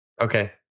okay